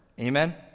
Amen